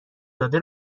داده